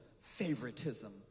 favoritism